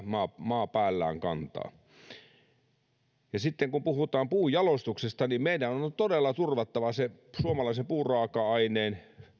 maa päällään kantaa sitten kun puhutaan puunjalostuksesta niin meidän on on todella turvattava se suomalaisen puuraaka aineen